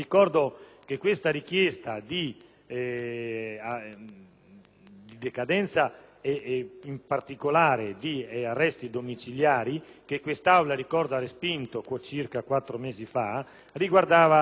di decadenza e in particolare di arresti domiciliari, che quest'Aula ha respinto circa quattro mesi fa, riguardava una serie di reati: false dichiarazioni al pubblico ufficiale,